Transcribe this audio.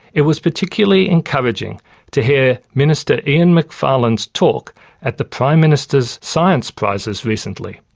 it was particularly encouraging to hear minister ian macfarlane's talk at the prime minister's science prizes recently.